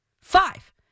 Five